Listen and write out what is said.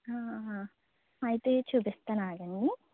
అయితే చుపిస్తాను ఆగండి